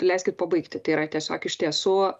leiskit pabaigti tai yra tiesiog iš tiesų